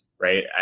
right